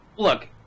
Look